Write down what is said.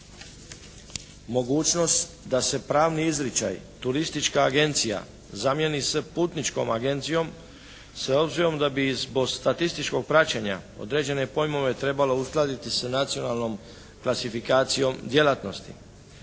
mogućnost da se pravni izričaj turistička agencija zamijeni s putničkom agencijom s obzirom da bi iz statističkog praćenja određene pojmove trebalo uskladiti s nacionalnom klasifikacijom djelatnosti.